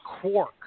quark